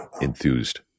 enthused